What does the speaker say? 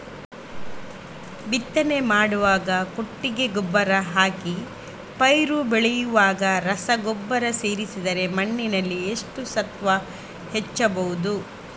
ಬಿತ್ತನೆ ಮಾಡುವಾಗ ಕೊಟ್ಟಿಗೆ ಗೊಬ್ಬರ ಹಾಕಿ ಪೈರು ಬೆಳೆಯುವಾಗ ರಸಗೊಬ್ಬರ ಸೇರಿಸಿದರೆ ಮಣ್ಣಿನಲ್ಲಿ ಎಷ್ಟು ಸತ್ವ ಹೆಚ್ಚಬಹುದು?